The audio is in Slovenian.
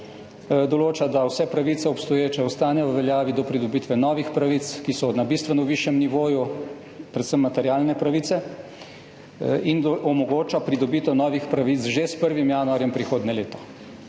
Določa, da vse obstoječe pravice ostanejo v veljavi do pridobitve novih pravic, ki so na bistveno višjem nivoju, predvsem materialne pravice, in omogoča pridobitev novih pravic že s 1. januarjem prihodnje leto.